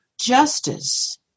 justice